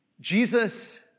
Jesus